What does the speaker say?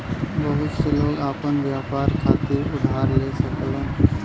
बहुत से लोग आपन व्यापार खातिर उधार ले सकलन